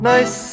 Nice